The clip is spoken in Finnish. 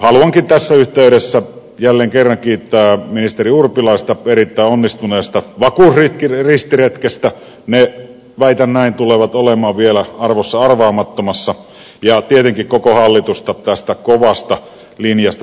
haluankin tässä yhteydessä jälleen kerran kiittää ministeri urpilaista erittäin onnistuneesta vakuusristiretkestä ne väitän näin tulevat olemaan vielä arvossa arvaamattomassa ja tietenkin koko hallitusta tästä kovasta linjasta jonka se on ottanut